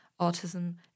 autism